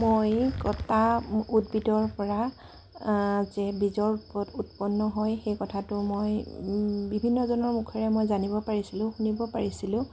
মই কটা উদ্ভিদৰ পৰা বীজৰ ওপৰত উৎপন্ন হৈ সেই কথাটো মই বিভিন্নজনাৰ মুখেৰে মই জানিব পাৰিছিলোঁ শুনিব পাৰিছিলোঁ